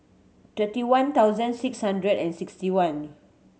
twenty one thousand six hundred and sixty one